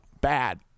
bad